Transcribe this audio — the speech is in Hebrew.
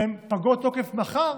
הן פגות תוקף מחר,